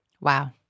Wow